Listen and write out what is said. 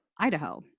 idaho